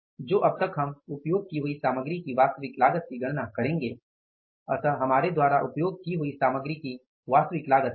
तो अब हम उपयोग की हुई सामग्री की वास्तविक लागत की गणना करेंगे इसलिए हमारे द्वारा उपयोग की हुई सामग्री की वास्तविक लागत क्या है